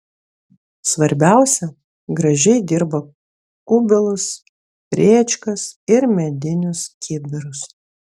svarbiausia gražiai dirba kubilus rėčkas ir medinius kibirus